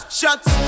shots